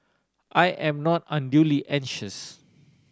I am not unduly anxious